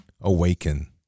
awaken